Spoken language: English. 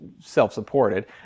self-supported